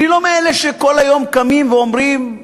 אני לא מאלה שכל היום קמים ואומרים: